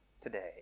today